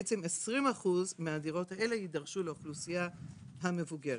בעצם 20% מהדירות האלה יידרשו לאוכלוסייה המבוגרת.